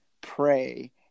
pray